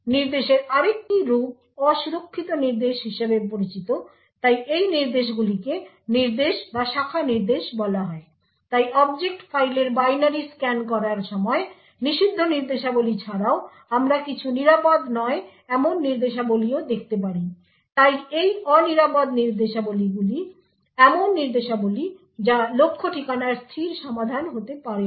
নির্দেশের আরেকটি রূপ অসুরক্ষিত নির্দেশ হিসাবে পরিচিত তাই এই নির্দেশগুলিকে নির্দেশ বা শাখা নির্দেশ বলা হয় তাই অবজেক্ট ফাইলের বাইনারি স্ক্যান করার সময় নিষিদ্ধ নির্দেশাবলী ছাড়াও আমরা কিছু নিরাপদ নয় এমন নির্দেশাবলীও দেখতে পারি তাই এই অনিরাপদ নির্দেশাবলীগুলি এমন নির্দেশাবলী যার লক্ষ্য ঠিকানার স্থির সমাধান হতে পারে না